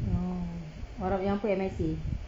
oh arab yang apa M_S_A